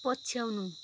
पछ्याउनु